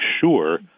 sure